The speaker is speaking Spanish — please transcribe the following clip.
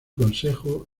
consejo